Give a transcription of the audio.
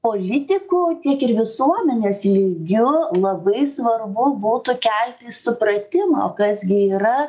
politikų tiek ir visuomenės lygiu labai svarbu būtų kelti supratimą o kas gi yra